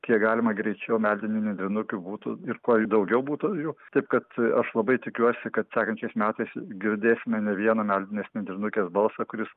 kiek galima greičiau meldinių nendrinukių būtų ir kuo jų daugiau būtų jų taip kad aš labai tikiuosi kad sekančiais metais girdėsime ne vieną meldinės nendrinukės balsą kuris